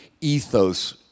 ethos